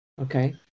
Okay